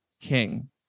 King